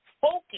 focused